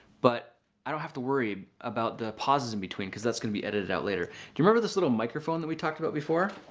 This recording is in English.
but i don't have to worry about the pauses in between because that's going to be edited out later. do you remember this little microphone that we talked about before?